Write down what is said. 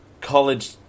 college